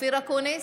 אופיר אקוניס,